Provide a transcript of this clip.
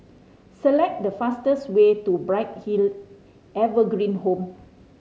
select the fastest way to Bright Hill Evergreen Home